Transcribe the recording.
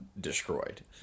destroyed